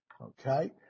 okay